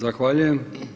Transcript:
Zahvaljujem.